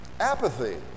Apathy